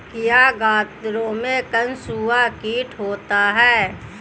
क्या गन्नों में कंसुआ कीट होता है?